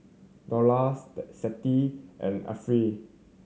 Dollah Siti and Arifa